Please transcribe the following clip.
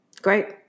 Great